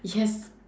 yes